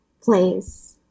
place